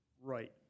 Right